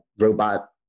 robot